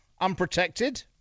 unprotected